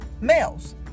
males